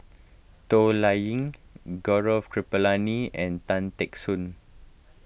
Toh Liying Gaurav Kripalani and Tan Teck Soon